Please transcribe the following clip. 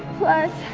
plus